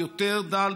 יותר דל,